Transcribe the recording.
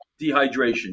dehydration